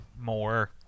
more